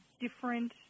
different